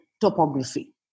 topography